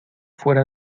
fuera